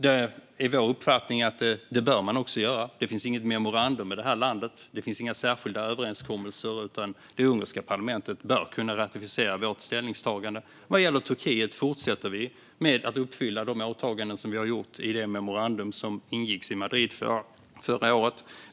Det är vår uppfattning att man också bör göra det. Det finns inget memorandum och inga särskilda överenskommelser med detta land, utan det ungerska parlamentet bör kunna ratificera vårt ställningstagande. Vad gäller Turkiet fortsätter vi med att uppfylla de åtaganden vi har gjort i det memorandum som ingicks i Madrid förra året.